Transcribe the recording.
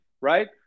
right